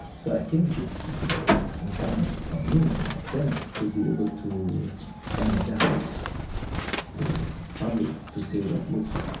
so i think it is it is incumbent upon me and my friends to be able to energise the public to say that look,